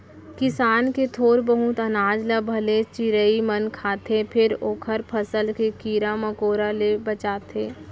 किसान के थोर बहुत अनाज ल भले चिरई मन खाथे फेर ओखर फसल के कीरा मकोरा ले बचाथे